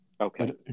Okay